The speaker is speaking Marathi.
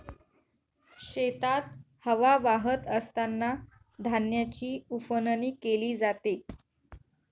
शेतात हवा वाहत असतांना धान्याची उफणणी केली जाते